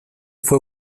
fue